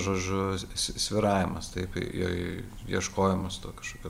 žodžiu svyravimas taip e ieškojimas to kažkokio